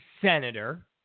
senator